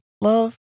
love